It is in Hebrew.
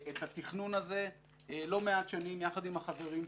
התכנון הזה לא מעט שנים יחד עם החברים פה.